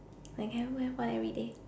I can even have one everyday